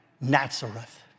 Nazareth